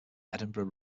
edinburgh